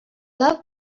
love